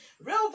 Real